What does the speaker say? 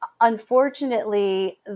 unfortunately